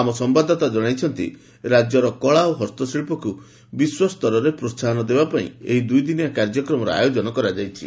ଆମ ସମ୍ଭାଦଦାତା କଣାଇଛନ୍ତି ରାଜ୍ୟର କଳା ଓ ହସ୍ତଶିଳ୍ପକୁ ବିଶ୍ୱସ୍ତରରେ ପ୍ରୋହାହନ ଦେବାପାଇଁ ଏକ ଦୁଇଦିନିଆ କାର୍ଯ୍ୟକ୍ରମ ଆୟୋଜନ କରାଯାଇଛି